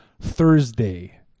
Thursday